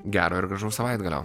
gero ir gražaus savaitgalio